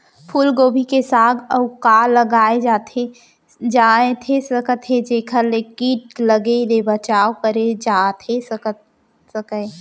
फूलगोभी के संग अऊ का लगाए जाथे सकत हे जेखर ले किट लगे ले बचाव करे जाथे सकय?